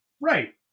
right